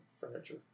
furniture